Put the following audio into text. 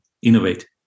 Innovate